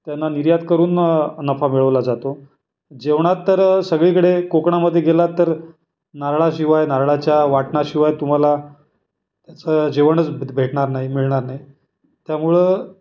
त्यांना निर्यात करून नफा मिळवला जातो जेवणात तर सगळीकडे कोकणामध्ये गेलात तर नारळाशिवाय नारळाच्या वाटणाशिवाय तुम्हाला ज जेवणच भेटणार नाही मिळणार नाही त्यामुळं